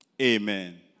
Amen